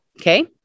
Okay